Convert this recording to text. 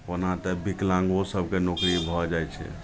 ओना तऽ विकलाङ्गो सभकेँ नोकरी भऽ जाए छै